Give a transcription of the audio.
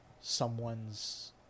someone's